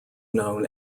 known